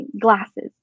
glasses